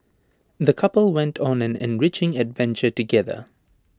the couple went on an enriching adventure together